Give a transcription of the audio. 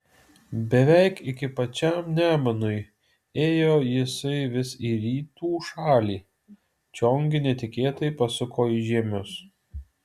beveik iki pačiam nemunui ėjo jisai vis į rytų šalį čion gi netikėtai pasuko į žiemius